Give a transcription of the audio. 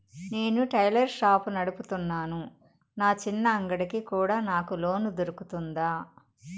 నేను tailor shop నడుపుతున్నాను, నా చిన్న అంగడి కి కూడా నాకు లోను దొరుకుతుందా?